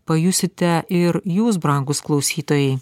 pajusite ir jūs brangūs klausytojai